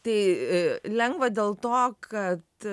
tai lengva dėl to kad